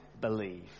believe